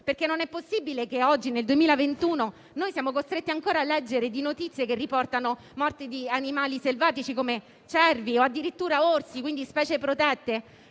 Non è possibile, infatti, che oggi, nel 2021, siamo costretti ancora a leggere notizie che riportano le morti di animali selvatici come cervi o addirittura orsi, quindi specie protette,